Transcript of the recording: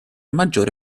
maggiore